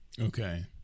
Okay